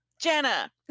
Jenna